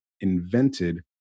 invented